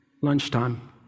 lunchtime